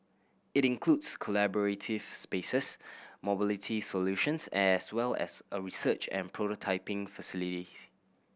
it includes collaborative spaces mobility solutions as well as a research and prototyping